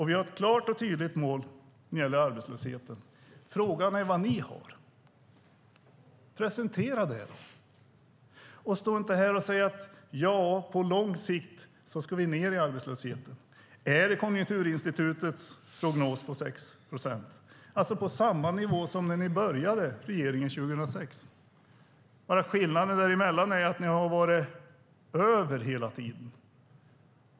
Vi har ett klart och tydligt mål när det gäller arbetslösheten. Jag frågar mig vad ni har. Presentera det! Stå inte bara här och säg att vi på lång sikt ska ned i arbetslöshet! Är målet i enlighet med Konjunkturinstitutets prognos 6 procent, alltså samma nivå som när ni började regera 2006? Ni har sedan varit däröver hela tiden.